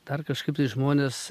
dar kažkaip tai žmonės